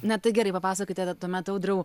na tai gerai papasakokite tuomet audriau